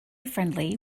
friendly